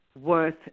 worth